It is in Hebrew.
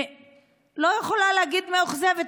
אני לא יכולה להגיד "מאוכזבת",